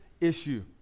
issue